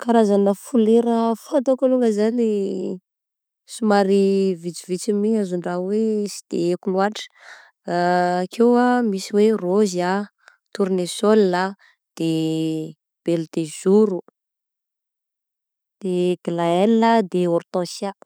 Karazagna folera fantako zao alongany zany somary vitsivitsy my azon-draha hoe sy de aiko loatra, akeo ah misy hoe rôzy ah, tournesol ah, de belle de jour, de glaël de hortensia.